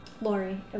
Lori